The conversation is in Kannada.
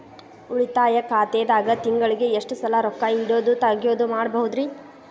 ಉಳಿತಾಯ ಖಾತೆದಾಗ ತಿಂಗಳಿಗೆ ಎಷ್ಟ ಸಲ ರೊಕ್ಕ ಇಡೋದು, ತಗ್ಯೊದು ಮಾಡಬಹುದ್ರಿ?